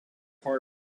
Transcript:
part